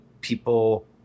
people